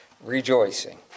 rejoicing